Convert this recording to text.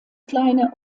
kleine